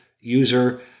user